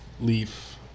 leaf